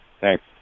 thanks